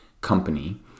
company